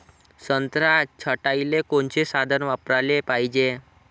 संत्रा छटाईले कोनचे साधन वापराले पाहिजे?